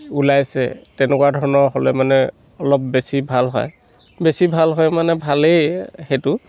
ওলাইছে তেনেকুৱা ধৰণৰ হ'লে মানে অলপ বেছি ভাল হয় বেছি ভাল হয় মানে ভালেই সেইটো